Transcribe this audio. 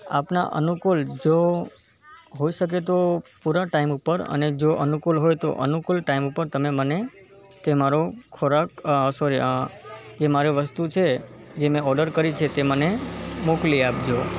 આપના અનુકૂળ જો હોઈ શકે તો પૂરા ટાઇમ ઉપર અને જો અનુકૂળ હોય તો અનુકૂળ ટાઇમ ઉપર તમે મને તે મારો ખોરાક સૉરી કે જે મારે વસ્તુ છે જે મેં ઑર્ડર કરી છે તે મને મોકલી આપજો